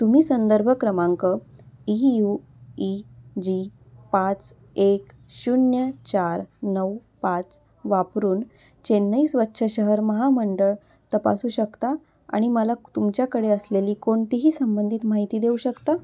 तुम्ही संदर्भ क्रमांक ई यू ई जी पाच एक शून्य चार नऊ पाच वापरून चेन्नई स्वच्छ शहर महामंडळ तपासू शकता आणि मला क तुमच्याकडे असलेली कोणतीही संबंधित माहिती देऊ शकता